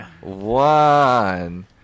One